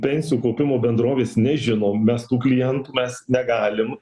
pensijų kaupimo bendrovės nežinom mes tų klientų mes negalim